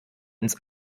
ins